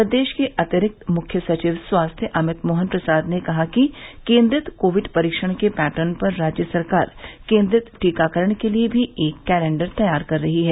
प्रदेश के अतिरिक्त मुख्य सचिव स्वास्थ्य अमित मोहन प्रसाद ने कहा कि केंद्रित कोविड परीक्षण के पैटर्न पर राज्य सरकार केंद्रित टीकाकरण के लिए भी एक कैलेंडर तैयार कर रही है